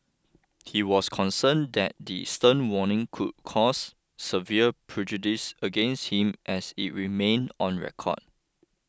he was concerned that the stern warning could cause severe prejudice against him as it remained on record